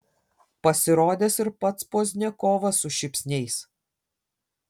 pasirodęs ir pats pozdniakovas su šypsniais